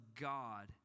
God